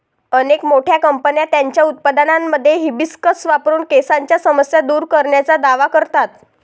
अनेक मोठ्या कंपन्या त्यांच्या उत्पादनांमध्ये हिबिस्कस वापरून केसांच्या समस्या दूर करण्याचा दावा करतात